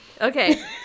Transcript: okay